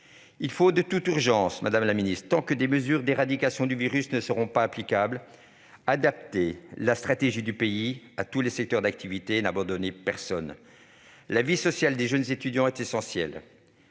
en faveur du monde étudiant. Madame la ministre, tant que des mesures d'éradication du virus ne seront pas applicables, il faut de toute urgence adapter la stratégie du pays à tous les secteurs d'activité et n'abandonner personne. La vie sociale des jeunes étudiants est essentielle.